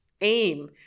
aim